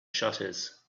shutters